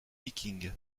viking